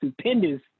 stupendous